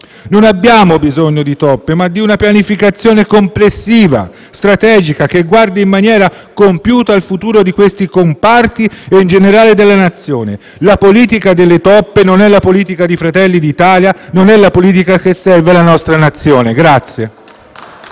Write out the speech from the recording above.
Non abbiamo bisogno di toppe, ma di una pianificazione complessiva e strategica che guardi in maniera compiuta al futuro di questi comparti, e in generale della Nazione. La politica delle toppe non è la politica di Fratelli d'Italia. Non è la politica che serve alla nostra Nazione.